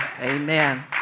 amen